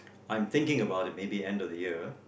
I'm thinking about it maybe end of the year